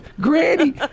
Granny